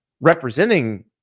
representing